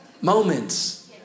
Moments